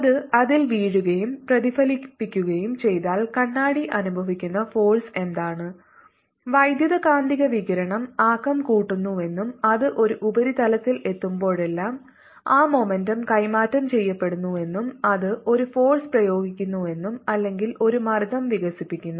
അത് അതിൽ വീഴുകയും പ്രതിഫലിപ്പിക്കുകയും ചെയ്താൽ കണ്ണാടി അനുഭവിക്കുന്ന ഫോഴ്സ് എന്താണ് വൈദ്യുതകാന്തിക വികിരണം ആക്കം കൂട്ടുന്നുവെന്നും അത് ഒരു ഉപരിതലത്തിൽ എത്തുമ്പോഴെല്ലാം ആ മൊമെന്റം കൈമാറ്റം ചെയ്യപ്പെടുമെന്നും അത് ഒരു ഫോഴ്സ് പ്രയോഗിക്കുമെന്നും അല്ലെങ്കിൽ ഒരു മർദ്ദം വികസിപ്പിക്കുന്നു